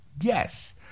Yes